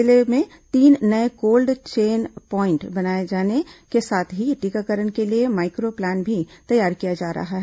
जिले में तीन नये कोल्ड चैन प्वॉइंट बनाए जाने के साथ ही टीकाकरण के लिए माइक्रो प्लान भी तैयार किया जा रहा है